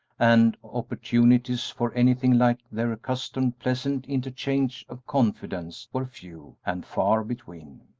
and opportunities for anything like their accustomed pleasant interchange of confidence were few and far between.